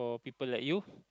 people like you